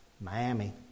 Miami